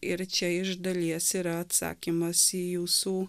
ir čia iš dalies yra atsakymas į jūsų